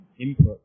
input